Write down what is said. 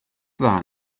dda